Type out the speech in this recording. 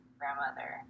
grandmother